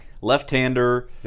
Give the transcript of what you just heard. left-hander